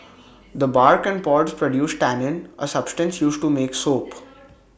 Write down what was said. the bark and pods produce tannin A substance used to make soap